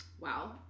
wow